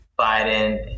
Biden